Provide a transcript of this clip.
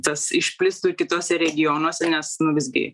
tas išplistų ir kituose regionuose nes visgi